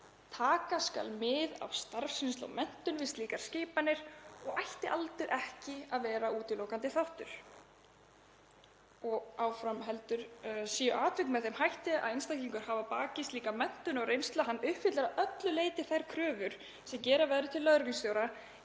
Taka skal mið af starfsreynslu og menntun við slíkar skipanir og ætti aldur ekki að vera útilokandi þáttur.[…] Séu atvik með þeim hætti að einstaklingur hafi að baki slíka menntun og reynslu að hann uppfyllir að öllu leyti þær kröfur sem gera verður til lögreglustjóra